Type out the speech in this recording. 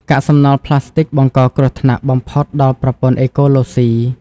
កាកសំណល់ប្លាស្ទិកបង្កគ្រោះថ្នាក់បំផុតដល់ប្រព័ន្ធអេកូឡូស៊ី។